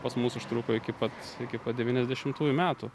pas mus užtruko iki pat iki pat devyniasdešimtųjų metų